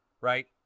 Right